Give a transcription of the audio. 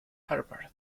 harvard